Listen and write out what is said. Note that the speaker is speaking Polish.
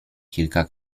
kilka